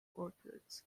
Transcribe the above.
orchards